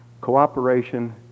cooperation